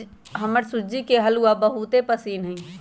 हमरा सूज्ज़ी के हलूआ बहुते पसिन्न हइ